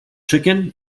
chicken